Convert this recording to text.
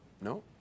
No